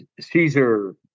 Caesar